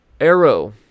Arrow